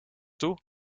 toe